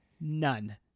None